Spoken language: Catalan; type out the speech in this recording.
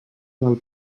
del